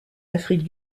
afrique